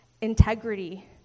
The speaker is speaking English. integrity